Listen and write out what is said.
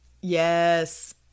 Yes